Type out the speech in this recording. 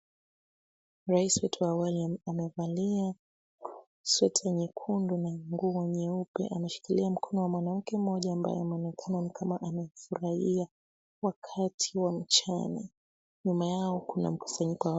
Rais wetu wa awali amevalia suti nyekundu na nguo nyeupe anashikilia mkono wa mwanamke mmoja ambaye anaonekana ni kama amefurahia wakati wa mchana. Nyuma yao kuna mkusanyiko wa watu.